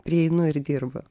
prieinu ir dirbu